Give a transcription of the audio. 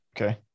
Okay